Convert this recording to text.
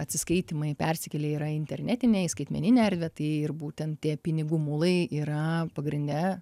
atsiskaitymai persikėlę yra į internetinę į skaitmeninę erdvę tai ir būtent tie pinigų mulai yra pagrinde